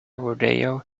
rodeo